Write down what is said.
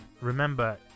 remember